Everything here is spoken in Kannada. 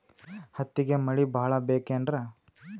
ಹತ್ತಿಗೆ ಮಳಿ ಭಾಳ ಬೇಕೆನ್ರ?